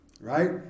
right